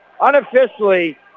Unofficially